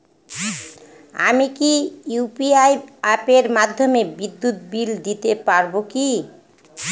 আমি কি ইউ.পি.আই অ্যাপের মাধ্যমে বিদ্যুৎ বিল দিতে পারবো কি?